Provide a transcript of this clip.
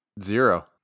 zero